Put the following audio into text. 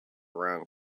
around